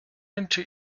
into